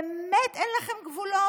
באמת אין לכם גבולות?